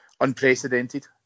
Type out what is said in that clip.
unprecedented